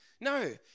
No